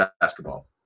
basketball